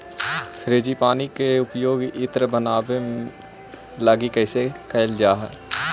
frangipani के उपयोग इत्र बनावे लगी कैइल जा हई